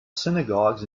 synagogues